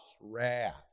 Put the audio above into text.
wrath